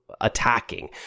attacking